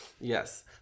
Yes